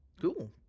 Cool